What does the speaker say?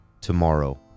tomorrow